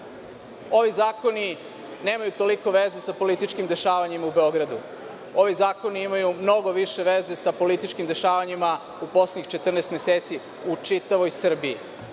ovi zakoni nemaju toliko veze sa političkim dešavanjima u Beogradu. Ovi zakoni imaju mnogo više veze sa političkim dešavanjima u poslednjih 14 meseci u čitavoj Srbiji.